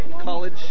college